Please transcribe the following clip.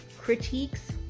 Critiques